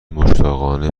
مشتاقانه